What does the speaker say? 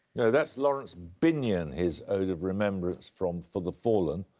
no, that's lawrence binion, his ode of remembrance from for the fallen.